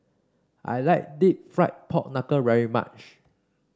I like deep fried Pork Knuckle very much